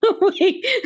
wait